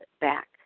back